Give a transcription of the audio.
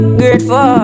grateful